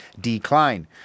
decline